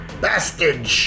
bastard